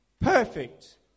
perfect